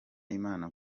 imana